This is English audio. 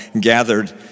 gathered